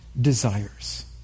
desires